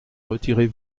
retirez